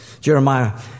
Jeremiah